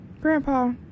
Grandpa